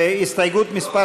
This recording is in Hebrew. הסתייגות מס'